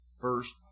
first